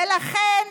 ולכן,